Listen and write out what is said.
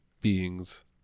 beings